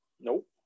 Nope